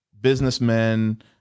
businessmen